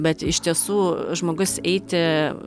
bet iš tiesų žmogus eiti